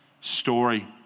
story